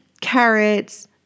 carrots